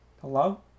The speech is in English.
Hello